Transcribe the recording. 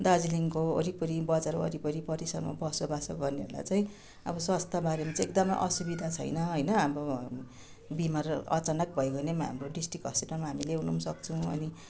दार्जिलिङको वरिपरि बजार वरिपरि परिसरमा बसोबासो गर्नेहरूलाई चाहिँ अब स्वास्थ्य बारेमा चाहिँ एकदमै असुविधा छैन होइन अब बिमार अचानक भयो भने पनि हाम्रो डिस्ट्रिक हस्पिटलमा हामी ल्याउन पनि सक्छौँ अनि